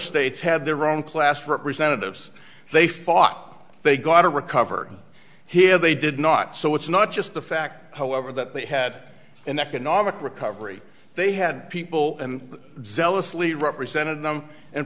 states had their own class representatives they fought they got to recover here they did not so it's not just the fact however that they had an economic recovery they had people and zealously represented them and